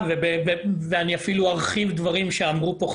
שבועיים שלמים אסירים